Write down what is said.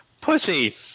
pussy